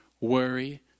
worry